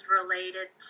related